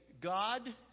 God